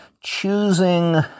choosing